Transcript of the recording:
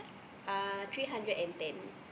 uh three hundred and ten